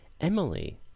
Emily